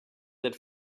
that